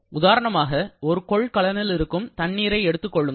உதாரணமாக ஒரு கொள்கலனில் இருக்கும் தண்ணீரை எடுத்துக் கொள்ளுங்கள்